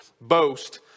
Boast